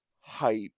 hype